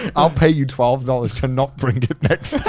and i'll pay you twelve dollars to not bring it next